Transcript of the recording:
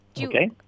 Okay